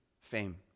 fame